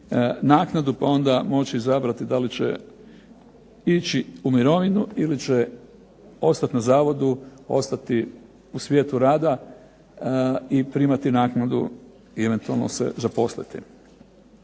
naknadu, pa onda moći izabrati da li će ići u mirovinu, ili će ostati na zavodu, ostati u svijetu rada i primati naknadu i eventualno se zaposliti.